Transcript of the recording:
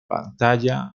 pantalla